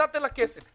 נתתם לה כסף.